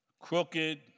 crooked